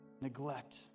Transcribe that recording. neglect